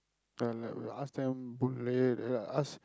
தெரியல:theriyala ask them Boon-Lay ask